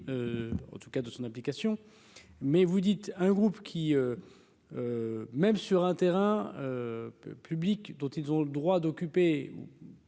en tout cas de son application mais vous dites un groupe qui, même sur un terrain public dont ils ont le droit d'occuper